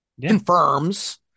confirms